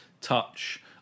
Touch